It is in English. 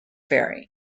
ferry